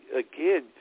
again